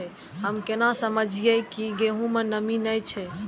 हम केना समझये की गेहूं में नमी ने छे?